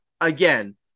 again